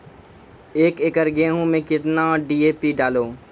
एक एकरऽ गेहूँ मैं कितना डी.ए.पी डालो?